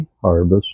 harvest